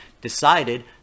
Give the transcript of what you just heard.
decided